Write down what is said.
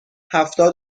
هفتاد